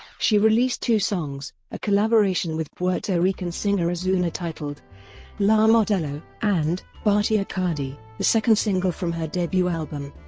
she released two songs a collaboration with puerto rican singer ozuna titled la modelo, and bartier cardi, the second single from her debut album.